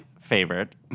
favorite